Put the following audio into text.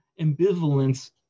ambivalence